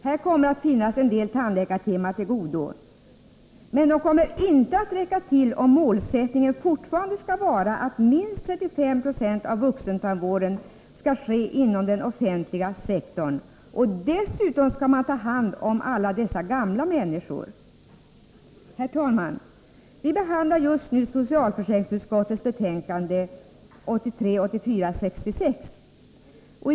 Här kommer att finnas en del tandläkartimmar till godo — men de kommer inte att räcka till om målsättningen fortfarande skall vara att minst 35 20 av vuxentandvården skall ske inom den offentliga sektorn. Dessutom skall man ta hand om alla dessa gamla människor. Herr talman! Till grund för betänkandet ligger proposition 1983/84:66.